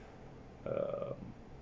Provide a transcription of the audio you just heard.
err